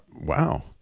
Wow